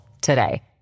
today